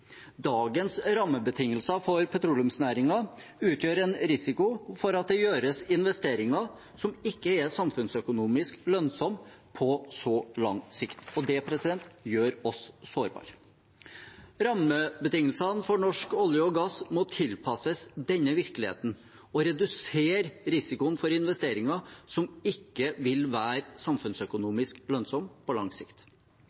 Dagens rammebetingelser for petroleumsnæringen utgjør en risiko for at det gjøres investeringer som ikke er samfunnsøkonomisk lønnsomme på så lang sikt. Det gjør oss sårbare. Rammebetingelsene for norsk olje og gass må tilpasses denne virkeligheten og redusere risikoen for investeringer som ikke vil være